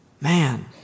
Man